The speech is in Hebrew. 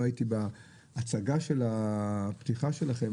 לא הייתי בפתיחת הדיון,